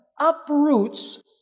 uproots